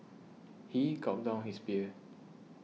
he gulped down his beer